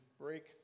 break